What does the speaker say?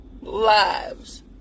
lives